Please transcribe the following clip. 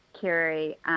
Kerry